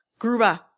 Gruba